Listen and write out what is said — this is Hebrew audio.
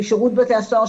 משירות בתי הסוהר,